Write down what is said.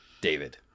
David